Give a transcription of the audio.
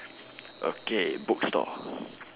okay bookstore